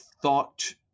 Thought